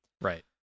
right